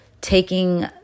taking